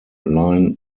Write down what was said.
line